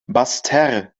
basseterre